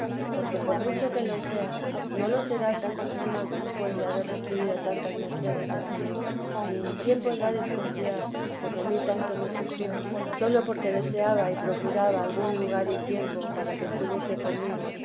porque por mucho que lo sea no lo será tantos años después de haber recibido tantas mercedes del señor ni quién podrá desconfiar pues a mí tanto me sufrió sólo porque de vida de i a sama madre seaba y procuraba algún lugar y tiempo para que estutuviese conmigo